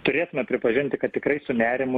turėtume pripažinti kad tikrai su nerimu